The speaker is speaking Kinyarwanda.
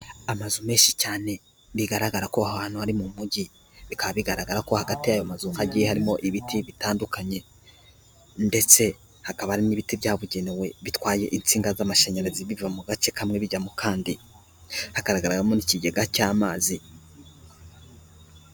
Amazu menshi cyane bigaragara ko aho hantu ari mu mujyi, bikaba bigaragara ko hagati y'ayo mazu hagiye harimo ibiti bitandukanye, ndetse hakaba hari n'ibiti byabugenewe bitwaye insinga z'amashanyarazi biva mu gace kamwe bijya mu kandi, hagaragamo n'ikigega cy'amazi.